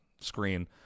screen